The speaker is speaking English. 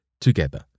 together